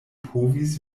povis